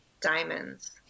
diamonds